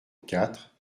quatre